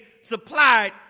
supplied